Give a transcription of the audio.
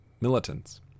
militants